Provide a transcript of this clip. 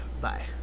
Bye